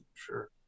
sure